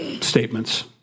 statements